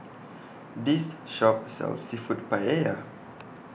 This Shop sells Seafood Paella